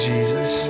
Jesus